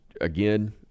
again